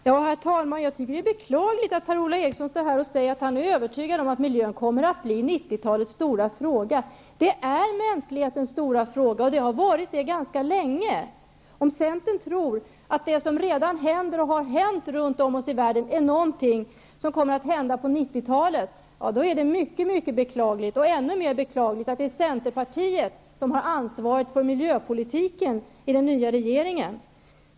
Herr talman! Jag tycker att det är beklagligt att Per-Ola Eriksson säger att han är övertygad om att miljön kommer att bli 90-talets stora fråga. Den är mänsklighetens stora fråga och har varit det ganska länge. Om centern tror att det som redan händer och har hänt runt om oss i världen är någonting som kommer att hända på 90-talet, då är det mycket beklagligt. Ännu mer beklagligt är det att det är centerpartiet som har ansvaret för miljöpolitiken i den nya regeringen.